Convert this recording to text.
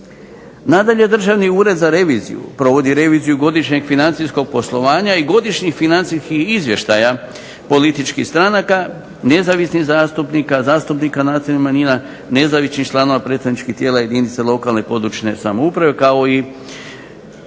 Nadalje, Državni ured za reviziju provodi reviziju godišnjeg financijskog poslovanja i godišnjih financijskih izvještaja političkih stranka, nezavisnih zastupnika, zastupnika nacionalnih manjina, nezavisnih članova predstavničkih tijela jedinica lokalne i područne samouprave kao i